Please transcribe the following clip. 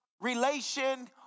relation